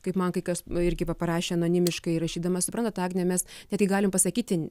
kaip man kai kas irgi paprašė anonimiškai rašydamas suprantat agne mes ne tik galim pasakyti